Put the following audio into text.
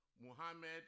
Muhammad